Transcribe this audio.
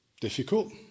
difficult